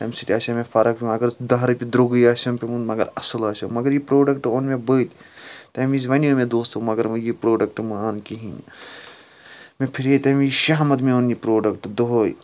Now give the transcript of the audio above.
امہِ سٟتۍ آسہِ ہا مےٚ فرق اَگر دہ رۄپیہِ دۄرگٕے آسہِ ہم پیٚومُت مگر اَصٕل آسہِ ہا مگر یہِ پروڈَکٹ اوٚن مےٚ بٔلۍ تمہِ وِز وَنِیو مےٚ دوستُو مگر یہِ پروڈَکٹ مہ اَن کِہیٖنۍ مےٚ پھِرے تمہِ وِز شہمَتھ مےٚ اوٚن یہِ پَروڈَکٹ دۄہَے